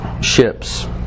ships